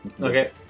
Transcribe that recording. Okay